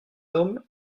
homme